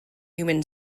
human